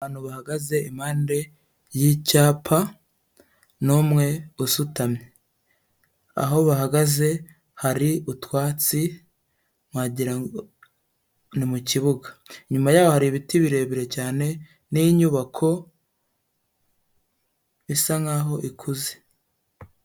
Abantu bahagaze impande y'icyapa n'umwe usutamye, aho bahagaze hari utwatsi wagira ngo ni mu kibuga, inyuma yaho hari ibiti birebire cyane n'inyubako isa nk'aho ikuze.